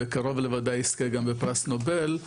וקרוב לוודאי יזכה גם בפרס נובל,